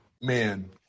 man